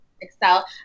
Excel